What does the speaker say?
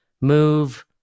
move